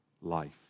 life